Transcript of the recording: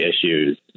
issues